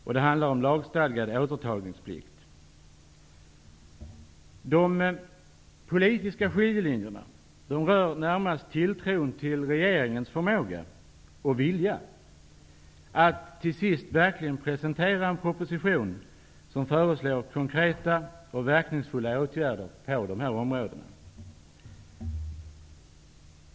Det handlar bl.a. De politiska skiljelinjerna gäller främst tilltron till regeringens förmåga och vilja att verkligen presentera en proposition som föreslår konkreta och verkningsfulla åtgärder på dessa områden.